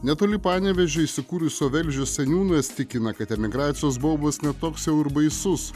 netoli panevėžio įsikūrusio velžio seniūnas tikina kad emigracijos baubas ne toks jau ir baisus